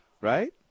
right